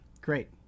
Great